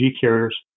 carriers